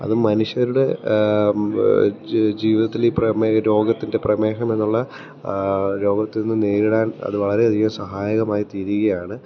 അത് മനുഷ്യരുടെ ജീവിതത്തില് പ്രമേഹരോഗത്തിൻ്റെ പ്രമേഹമെന്നുള്ള രോഗത്തെ നേരിടാൻ അത് വളരെയധികം സഹായകമായി തീരുകയാണ്